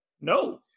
No